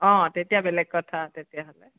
অঁ তেতিয়া বেলেগ কথা তেতিয়াহ'লে